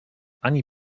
ani